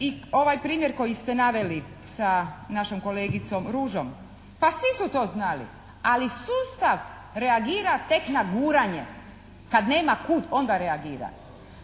i ovaj primjer koji ste naveli sa našom kolegicom Ružom. Pa svi su to znali. Ali, sustav reagira tek na guranje. Kad nema kud onda reagira.